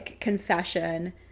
confession